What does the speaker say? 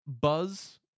buzz